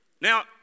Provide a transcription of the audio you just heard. Now